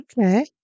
Okay